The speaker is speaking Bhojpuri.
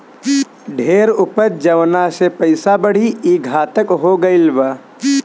ढेर उपज जवना से पइसा बढ़ी, ई घातक हो गईल बा